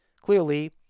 Clearly